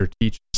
teaches